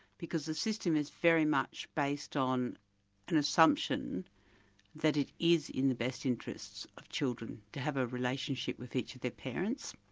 because the system is very much based on an assumption that it is in the best interests of children to have a relationship with each of their parents,